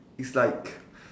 is like